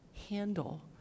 handle